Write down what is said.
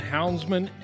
Houndsman